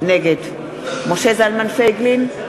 נגד משה זלמן פייגלין,